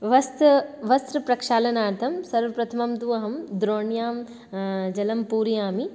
वस्त् वस्त्रप्रक्षालनार्थं सर्वप्रथमं तु अहं द्रोण्यां जलं पूरयामि